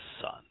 son